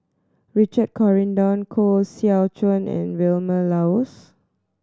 Richard Corridon Koh Seow Chuan and Vilma Laus